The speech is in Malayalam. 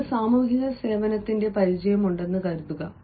നിങ്ങൾക്ക് സാമൂഹിക സേവനത്തിന്റെ പരിചയവുമുണ്ടെന്ന് കരുതുക